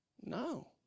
No